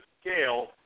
scale